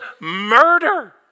murder